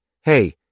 Hey